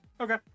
Okay